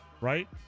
Right